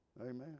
Amen